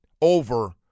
over